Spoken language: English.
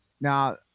now